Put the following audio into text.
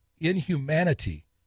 inhumanity